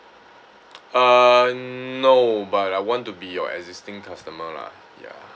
uh no but I want to be your existing customer lah ya